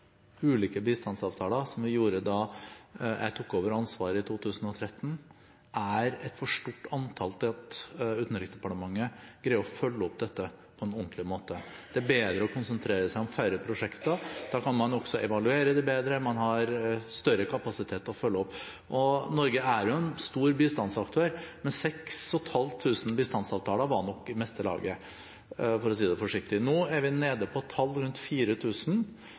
ulike bistandsavtaler, som vi gjorde da jeg tok over ansvaret i 2013, er et for stort antall til at Utenriksdepartementet greier å følge opp dette på en ordentlig måte. Det er bedre å konsentrere seg om færre prosjekter. Da kan man også evaluere det bedre, og man har større kapasitet til å følge opp. Norge er jo en stor bistandsaktør, men 6 500 bistandsavtaler var nok i meste laget, for å si det forsiktig. Nå er vi nede på et tall rundt